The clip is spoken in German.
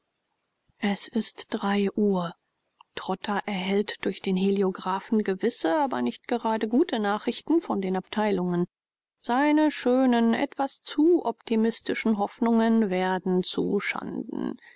es ist drei uhr trotha erhält durch den heliographen gewisse aber nicht gerade gute nachrichten von den abteilungen seine schönen etwas zu optimistischen hoffnungen werden zu schanden